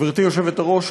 גברתי היושבת-ראש,